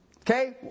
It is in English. Okay